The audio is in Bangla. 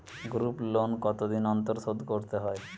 গ্রুপলোন কতদিন অন্তর শোধকরতে হয়?